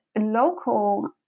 local